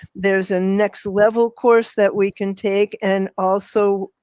there's a next level course that we can take and also,